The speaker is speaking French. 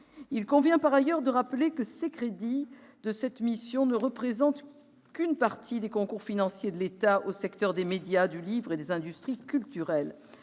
Il convient par ailleurs de rappeler que les crédits de cette mission ne représentent qu'une partie des concours financiers de l'État au secteur des médias, du livre et des industries culturelles.